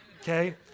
Okay